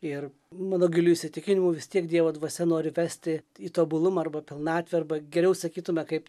ir mano giliu įsitikinimu vis tiek dievo dvasia nori vesti į tobulumą arba pilnatvę arba geriau sakytume kaip